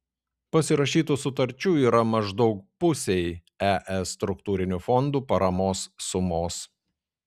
pasirašytų sutarčių yra maždaug pusei es struktūrinių fondų paramos sumos